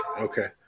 Okay